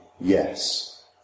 Yes